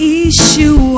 issue